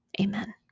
Amen